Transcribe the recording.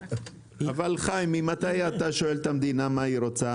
אבל חיים, ממתי אתה שואל את המדינה מה היא רוצה?